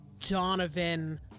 Donovan